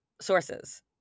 sources